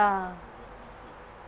ya